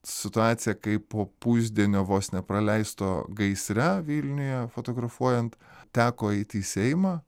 situacija kai po pusdienio vos ne praleisto gaisre vilniuje fotografuojant teko eiti į seimą